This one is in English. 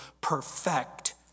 perfect